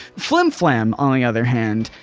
flim-flam on the other hand,